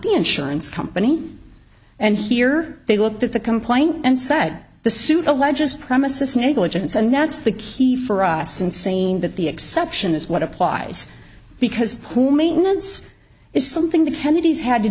the insurance company and here they looked at the complaint and said the suit alleges premises negligence and that's the key for us in saying that the exception is what applies because pool maintenance is something the kennedys had to